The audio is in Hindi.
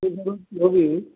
के जी वन की होगी